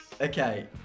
Okay